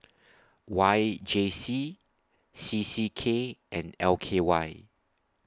Y J C C C K and L K Y